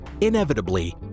inevitably